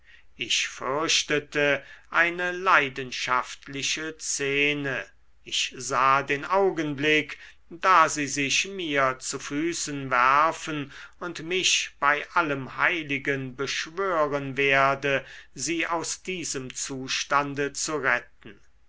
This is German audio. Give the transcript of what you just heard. ich fürchtete eine leidenschaftliche szene ich sah den augenblick da sie sich mir zu füßen werfen und mich bei allem heiligen beschwören werde sie aus diesem zustande zu retten